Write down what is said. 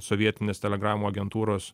sovietinės telegramų agentūros